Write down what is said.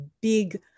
big